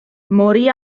morì